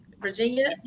Virginia